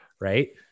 Right